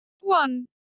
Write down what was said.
One